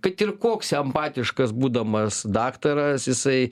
kad ir koks empatiškas būdamas daktaras jisai